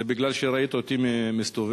זה בגלל שראית אותי מסתובב,